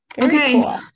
Okay